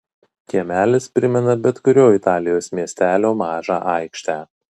kiemelis primena bet kurio italijos miestelio mažą aikštę